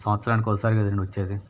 సంవత్సరానికి ఒకసారి కదండీ వచ్చేది